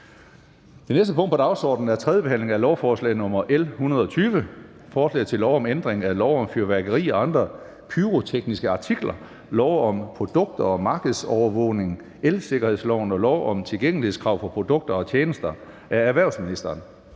Det næste punkt på dagsordenen er: 5) 3. behandling af lovforslag nr. L 120: Forslag til lov om ændring af lov om fyrværkeri og andre pyrotekniske artikler, lov om produkter og markedsovervågning, elsikkerhedsloven og lov om tilgængelighedskrav for produkter og tjenester. (Indskrænkning